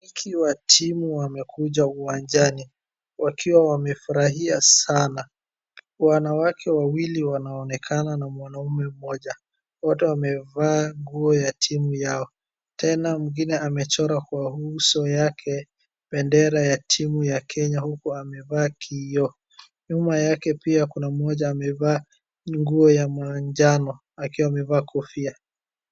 Ikiwa timu wamekuja uwanjani wakiwa wamefurahia sana, wanawake wawili wanaonekana na mwanaume mmoja. Wote wamevaa nguo ya timu yao. Tena mwingine amechora kwa uso yake bendera ya timu ya Kenya huku amevaa kioo. Nyuma yake pia kuna mmoja amevaa nguo ya majano akiwa amevaa kofia.